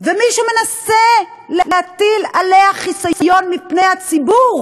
ומישהו מנסה להטיל עליה חיסיון מפני הציבור